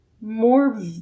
more